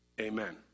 Amen